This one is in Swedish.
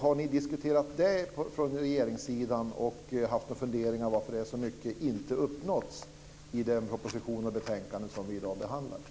Har ni på regeringssidan diskuterat det och funderat över varför det står så mycket om sådant som inte har uppnåtts i den proposition och det betänkande som vi i dag behandlar?